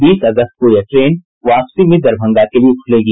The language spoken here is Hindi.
बीस अगस्त को यह ट्रेन वापसी में दरभंगा के लिए खुलेगी